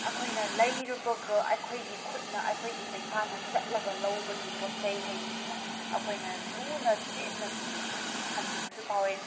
ꯑꯩꯈꯣꯏꯅ ꯂꯩꯔꯨꯕꯒ ꯑꯩꯈꯣꯏꯒꯤ ꯈꯨꯠꯅ ꯑꯩꯈꯣꯏꯒꯤ ꯄꯩꯁꯥꯅ ꯆꯠꯂꯒ ꯂꯧꯕꯒꯤ ꯄꯣꯠ ꯆꯩ ꯍꯥꯏꯕꯁꯤꯅ ꯑꯩꯈꯣꯏꯅ ꯂꯨꯅ ꯆꯦꯠꯅ ꯊꯝꯅꯤꯡꯕꯁꯨ ꯐꯥꯎꯋꯦ